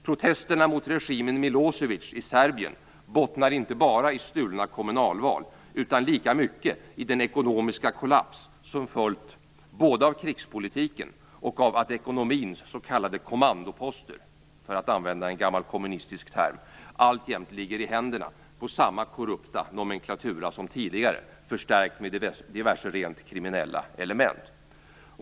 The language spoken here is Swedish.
Protesterna mot regimen Milosevic i Serbien bottnar inte bara i stulna kommunalval, utan lika mycket i den ekonomiska kollaps som följt både av krigspolitiken och av att ekonomins s.k. kommandoposter - för att använda en gammal kommunistisk term - alltjämt ligger i händerna på samma korrupta nomenklatura som tidigare, förstärkt med diverse rent kriminella element.